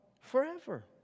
Forever